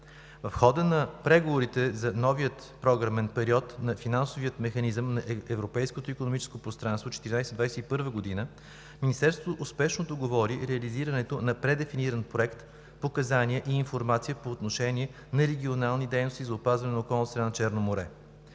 В хода на преговорите за новия програмен период на финансовия механизъм на Европейското икономическо пространство 2014 – 2021 г. Министерството успешно договори реализирането на предефиниран проект „Показания и информация по отношение на регионални дейности за опазване на околната среда на Черно море“.